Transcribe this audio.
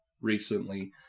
recently